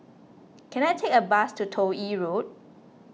can I take a bus to Toh Yi Road